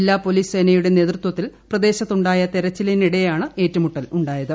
ജില്ലാ പോലീസ് സേനയുടെ നേതൃത്വത്തിൽ പ്രദേശത്തുണ്ടായ തെരച്ചിലിനിടെയാണ് ഏറ്റുമുട്ടലുണ്ടായത്